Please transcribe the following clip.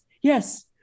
yes